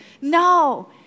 No